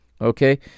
Okay